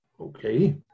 Okay